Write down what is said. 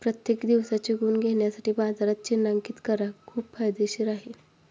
प्रत्येक दिवसाचे गुण घेण्यासाठी बाजारात चिन्हांकित करा खूप फायदेशीर आहे